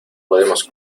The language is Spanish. podemos